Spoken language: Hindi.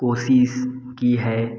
कोशिश की है